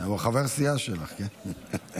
הוא חבר סיעה שלך, כן?